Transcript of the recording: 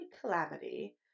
Calamity